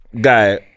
guy